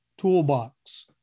toolbox